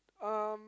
um